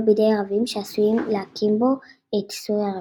בידי ערבים שעשויים להקים בו את "סוריה רבתי".